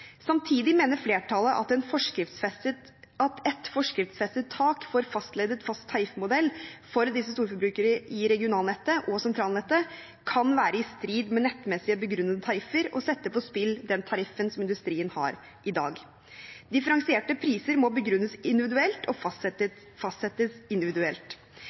Samtidig mener flertallet at et forskriftsfestet tak for fastleddet/fast tariffmodell for storforbrukere i regionalnettet og sentralnettet kan være i strid med nettmessig begrunnede tariffer og sette på spill den tariff som industrien har i dag. Differensierte priser må begrunnes individuelt og fastsettes individuelt.